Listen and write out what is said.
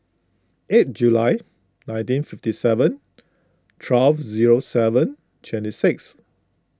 eight July nineteen fifty seven twelve zero seven twenty six